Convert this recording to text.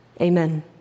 amen